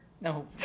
No